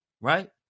Right